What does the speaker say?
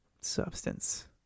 substance